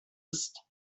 ist